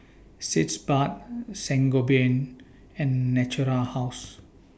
Sitz Bath Sangobion and Natura House